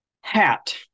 Hat